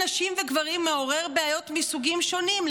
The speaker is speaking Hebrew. נשים וגברים מעורר בעיות מסוגים שונים,